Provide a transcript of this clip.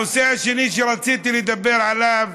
הנושא השני שרציתי לדבר עליו,